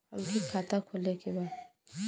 हमके खाता खोले के बा?